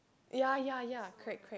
ya ya ya correct correct